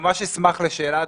אשמח לתשובה.